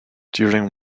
during